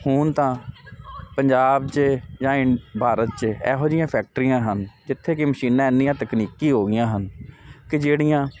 ਹੁਣ ਤਾਂ ਪੰਜਾਬ 'ਚ ਜਾਂ ਇੰਡ ਭਾਰਤ 'ਚ ਇਹੋ ਜਿਹੀਆਂ ਫੈਕਟਰੀਆਂ ਹਨ ਜਿੱਥੇ ਕਿ ਮਸ਼ੀਨਾਂ ਇੰਨੀਆਂ ਤਕਨੀਕੀ ਹੋਗੀਆਂ ਹਨ ਕਿ ਜਿਹੜੀਆਂ